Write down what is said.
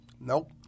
Nope